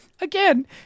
again